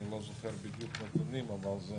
אני לא זוכר בדיוק נתונים, אבל זה